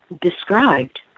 described